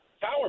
power